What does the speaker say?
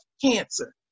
cancer